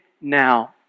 now